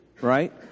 right